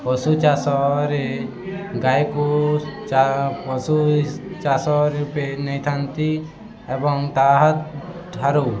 ପଶୁ ଚାଷରେ ଗାଈକୁ ପଶୁ ଚାଷ ରୂପେ ନେଇଥାନ୍ତି ଏବଂ ତା' ଠାରୁ